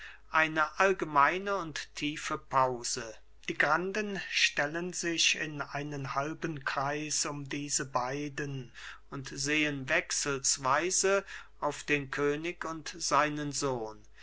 eine allgemeine und tiefe pause die granden stellen sich in einen halben kreis um diese beiden und sehen wechselsweise auf den könig und seinen sohn